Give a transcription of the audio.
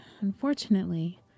unfortunately